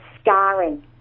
scarring